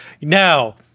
Now